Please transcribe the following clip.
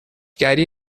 گری